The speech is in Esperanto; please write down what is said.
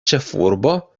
ĉefurbo